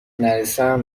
نرسم